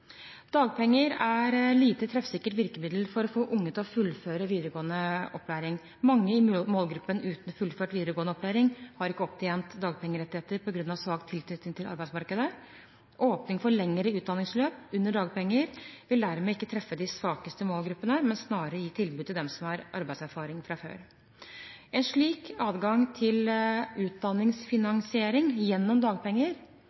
Dagpenger er et lite treffsikkert virkemiddel for å få unge til å fullføre videregående opplæring. Mange i målgruppen uten fullført videregående opplæring har ikke opptjent dagpengerettigheter på grunn av svak tilknytning til arbeidsmarkedet. Åpning for lengre utdanningsløp under dagpenger vil dermed ikke treffe de svakeste målgruppene, men snarere gi tilbud til dem som har arbeidserfaring fra før. En slik adgang til utdanningsfinansiering gjennom dagpenger